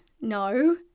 No